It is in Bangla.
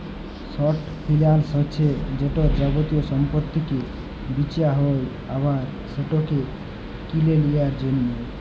শর্ট ফিলালস হছে যেটতে যাবতীয় সম্পত্তিকে বিঁচা হ্যয় আবার সেটকে কিলে লিঁয়ার জ্যনহে